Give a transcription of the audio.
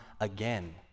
again